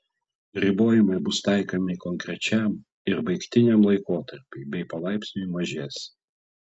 ribojimai bus taikomi konkrečiam ir baigtiniam laikotarpiui bei palaipsniui mažės